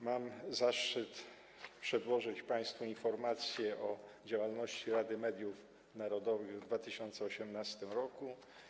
Mam zaszczyt przedłożyć państwu informację z działalności Rady Mediów Narodowych w 2018 r.